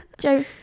joe